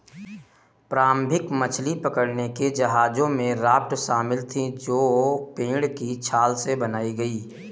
प्रारंभिक मछली पकड़ने के जहाजों में राफ्ट शामिल थीं जो पेड़ की छाल से बनाई गई